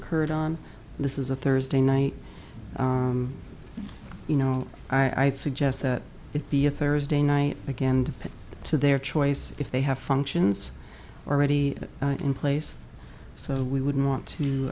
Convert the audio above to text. occurred on this is a thursday night you know i would suggest that it be a thursday night again and to their choice if they have functions already in place so we wouldn't want to